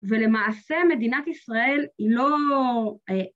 ולמעשה מדינת ישראל היא לא...